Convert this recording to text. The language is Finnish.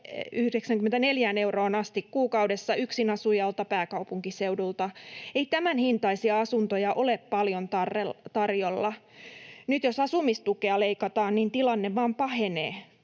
694 euroon asti kuukaudessa yksinasujalta pääkaupunkiseudulla. Ei tämän hintaisia asuntoja ole paljon tarjolla. Nyt jos asumistukea leikataan, niin tilanne vain pahenee.